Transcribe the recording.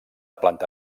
planta